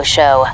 Show